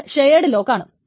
അത് ഷെയേഡ് ലോക്കാണ്